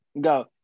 go